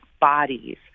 bodies